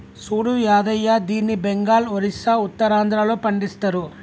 సూడు యాదయ్య దీన్ని బెంగాల్, ఒరిస్సా, ఉత్తరాంధ్రలో పండిస్తరు